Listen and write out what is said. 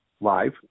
live